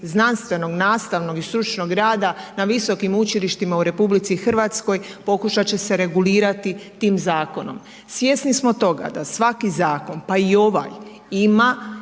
znanstvenog, nastavnog i stručnog rada na visokim učilištima u RH pokušat će se regulirati tim zakonom. Svjesni smo toga da svaki zakon pa i ovaj ima